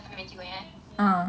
okay I am breaking